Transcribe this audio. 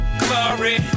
glory